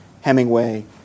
Hemingway